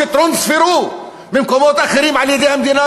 טרונספרו ממקומות אחרים על-ידי המדינה,